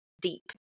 deep